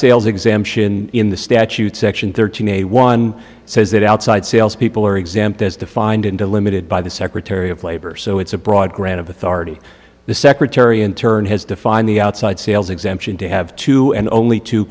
sales exemption in the statute section thirteen a one says that outside sales people are exempt as defined into limited by the secretary of labor so it's a broad grant of authority the secretary in turn has defined the outside sales exemption to have two and only two